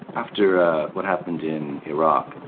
after ah what happened in iraq,